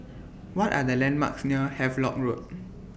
What Are The landmarks near Havelock Road